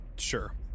sure